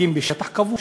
כי הם בשטח כבוש.